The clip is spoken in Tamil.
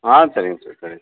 ஆ சரிங்க சார் சரிங்க சார்